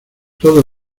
todo